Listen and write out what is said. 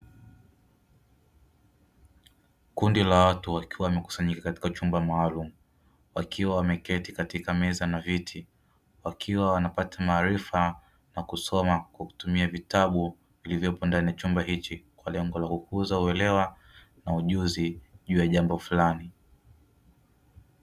Kundi la watu wakiwa wamekusanyika katika chumba maalumu, wakiwa wame keti katika meza na viti, wakiwa wanapata maarifa na kusoma kwa kutumia vitabu vilivyopo ndani chumba hichi kwa lengo la kukuza uelewa na ujuzi juu ya jambo fulani.